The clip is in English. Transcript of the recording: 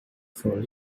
for